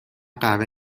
قهوه